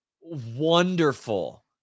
wonderful